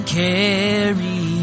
carry